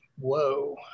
whoa